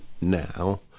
now